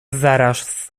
zaraz